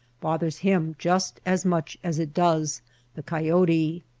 bothers him just as much as it does the coyote.